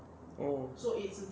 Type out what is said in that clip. oh